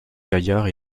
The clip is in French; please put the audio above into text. gaillard